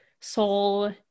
Soul